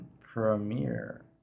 premiere